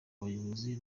abayobozi